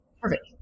Perfect